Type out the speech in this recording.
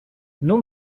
nos